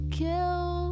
kill